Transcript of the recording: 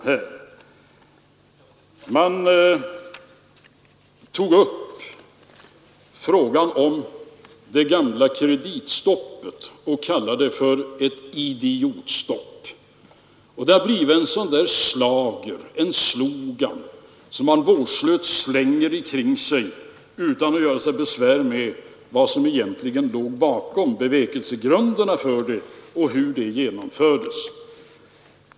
103 Man tog upp frågan om det gamla kreditstoppet och kallade det för ett idiotstopp. Det har blivit en sådan där slogan som man vårdslöst slänger omkring sig utan att göra sig besvär med att undersöka vad som egentligen låg bakom åtgärden — bevekelsegrunderna — och hur den genomfördes.